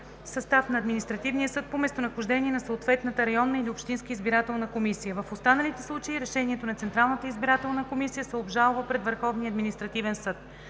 състав на административния съд по местонахождение на съответната районна или общинска избирателна комисия. В останалите случаи решението на Централната избирателна комисия се обжалва пред Върховния административен съд.